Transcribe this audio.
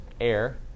air